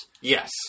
Yes